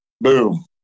boom